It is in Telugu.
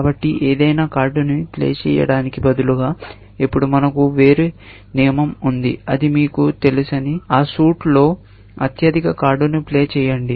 కాబట్టి ఏదైనా కార్డును ప్లే చేయడానికి బదులుగా ఇప్పుడు మనకు వేరే నియమం ఉంది అది మీకు తెలుసని ఆ సూట్లో అత్యధిక కార్డును ప్లే చేయండి